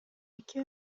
эки